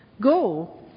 Go